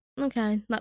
okay